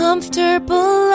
Comfortable